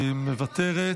מוותרת,